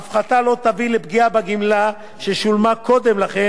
ששולמה קודם לכן והיא עשויה להפחית